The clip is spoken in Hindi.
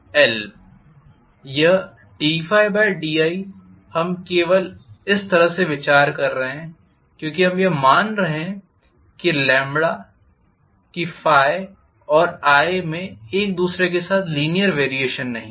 यह ddi हम केवल इस तरह से विचार कर रहे हैं क्योंकि हम यह मान रहे है कि और में एक दूसरे के साथ लीनीयर वॅरीयेशन नहीं है